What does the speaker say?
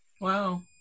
Wow